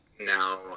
now